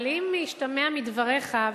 אבל אם משתמע מדבריך,